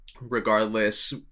regardless